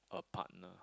a partner